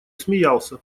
смеялся